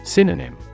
Synonym